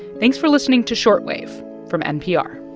thanks for listening to short wave from npr